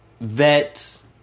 vets